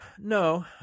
No